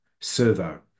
Servo